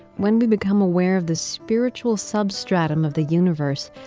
when we become aware of the spiritual substratum of the universe,